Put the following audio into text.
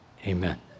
Amen